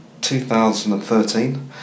2013